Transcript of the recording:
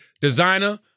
Designer